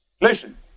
Listen